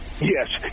Yes